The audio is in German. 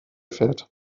fährt